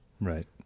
Right